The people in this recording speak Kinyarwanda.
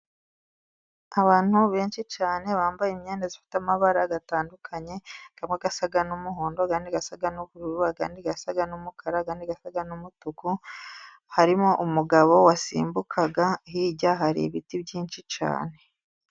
Abantu benshi cyane bambaye imyenda ifite amabara atandukanye, amwe asa n'umuhondo, ayandi asa n'ubururu, ayandi asa n'umukara, ayandi asa n'umutuku. Harimo umugabo wasimbukaga, hirya hari ibiti byinshi cyane.